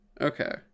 Okay